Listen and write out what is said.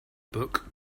book